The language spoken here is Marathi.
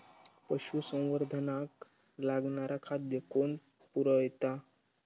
पशुसंवर्धनाक लागणारा खादय कोण पुरयता?